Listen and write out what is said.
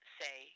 say